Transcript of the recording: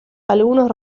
algunos